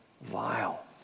vile